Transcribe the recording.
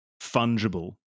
fungible